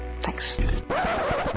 Thanks